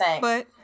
but-